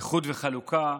איחוד וחלוקה,